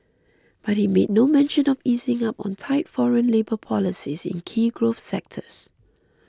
but he made no mention of easing up on tight foreign labour policies in key growth sectors